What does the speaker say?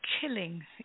killing